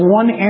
one